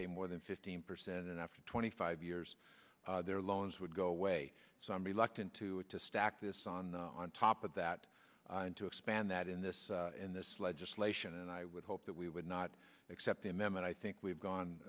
pay more than fifteen percent after twenty five years their loans would go away so i'm reluctant to add to stack this on on top of that to expand that in this in this legislation and i would hope that we would not accept them and i think we've gone